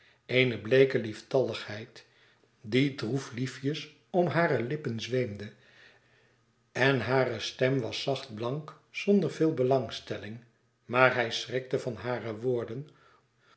eene bleeke lieftalligheid die droef liefjes om hare lippen zweemde en hare stem was zacht blank zonder veel belangstelling maar hij schrikte van hare woorden